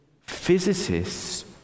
physicists